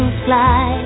fly